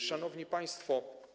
Szanowni Państwo!